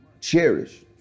cherish